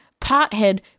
pothead